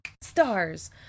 stars